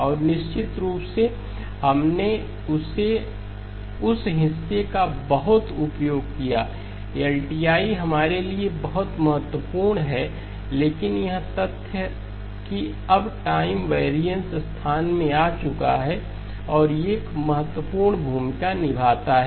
और निश्चित रूप से हमने उस हिस्से का बहुत उपयोग किया LTI हमारे लिए बहुत महत्वपूर्ण है लेकिन यह तथ्य कि अब टाइम वैरियंस स्थान में आ चुका है और एक महत्वपूर्ण भूमिका निभाता है